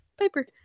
Piper